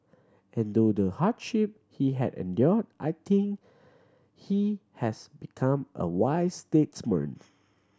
and though the hardship he had endure I think he has become a wise statesman